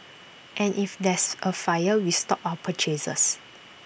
and if there's A fire we stop our purchases